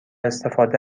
استفاده